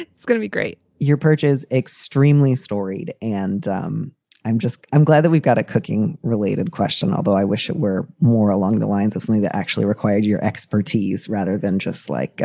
it's gonna be great. your purchase is extremely storied. and um i'm just i'm glad that we've got a cooking related question, although i wish it were more along the lines recently that actually required your expertise rather than just like